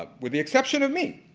but with the exception of me.